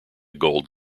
gold